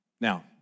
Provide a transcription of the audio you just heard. Now